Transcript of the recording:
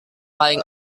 paling